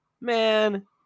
man